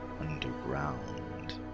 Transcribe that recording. underground